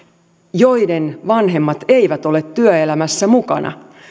joiden vanhemmat eivät ole työelämässä mukana